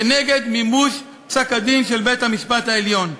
כנגד מימוש פסק-הדין של בית-המשפט העליון.